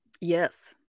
Yes